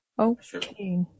Okay